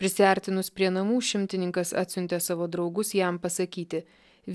prisiartinus prie namų šimtininkas atsiuntė savo draugus jam pasakyti